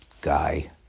guy